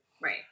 Right